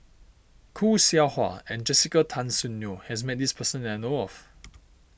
Khoo Seow Hwa and Jessica Tan Soon Neo has met this person that I know of